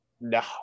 No